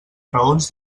raons